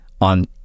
on